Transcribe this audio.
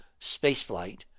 spaceflight